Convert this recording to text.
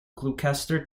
gloucester